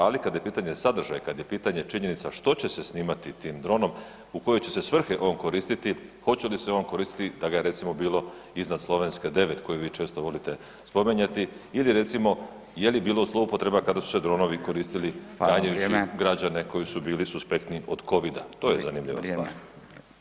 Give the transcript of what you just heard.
Ali kad je pitanje sadržaja, kad je pitanje činjenica što će se snimati tim dronom, u koje će se svrhe on koristiti, hoće li se on koristiti da ga je recimo bilo iznad Slovenske 9 koju vi često volite spominjati ili recimo je li bilo zloupotreba kada su se dronovi koristili … [[Govornik se ne razumije]] [[Upadica: Fala, vrijeme]] građane koji su bili suspektni od covida, to je zanimljiva stvar.